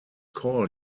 call